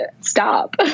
Stop